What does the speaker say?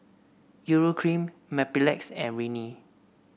Urea Cream Mepilex and Rene